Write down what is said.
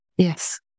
Yes